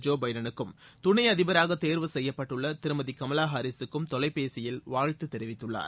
Joe பைடனுக்கும் துணை அதிபராக தேர்வு செய்யப்பட்டுள்ள திருமதி கமலா வேட்பாளர் ஹாரிசுக்கும் தொலைபேசியில் வாழ்த்துத் தெரிவித்துள்ளார்